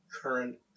current